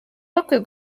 bakwiye